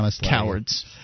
Cowards